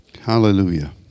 Hallelujah